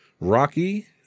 Rocky